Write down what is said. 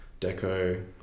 deco